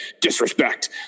disrespect